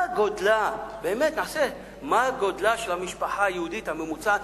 מה גודלה של המשפחה היהודית הממוצעת,